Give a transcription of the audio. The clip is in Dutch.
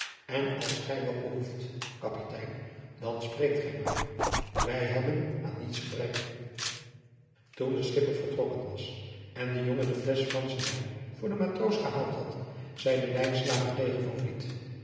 en als gij wat behoeft kapitein dan spreekt gij maar wij hebben aan niets gebrek toen de schipper vertrokken was en de jongen de flesch franschen wijn voor den matroos gehaald had zeide lijnslager tegen